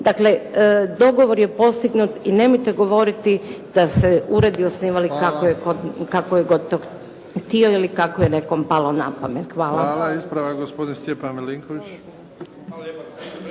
Dakle, dogovor je postignut i nemojte govoriti da su se uredi osnivalo kako je god to htio ili kako je to nekom palo na pamet. **Bebić, Luka (HDZ)** Hvala. Ispravak gospodin Stjepan Milinković. Izvolite.